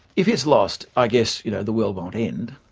if it's lost i guess you know the world won't end.